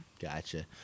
Gotcha